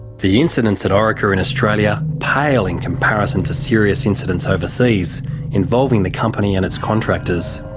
the incidents at orica in australia pale in comparison to serious incidents overseas involving the company and its contractors.